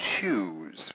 choose